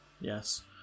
Yes